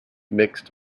mixed